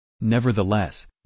Nevertheless